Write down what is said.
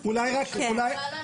להצבעה.